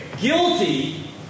guilty